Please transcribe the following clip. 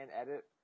edit